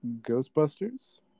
Ghostbusters